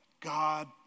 God